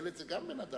ילד זה גם בן-אדם.